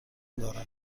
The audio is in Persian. دارم